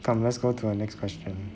come let's go to the next question